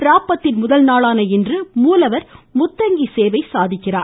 இராப்பத்தின் முதல் நாளான இன்று மூலவர் முத்தங்கி சேவை சாதிக்கிறார்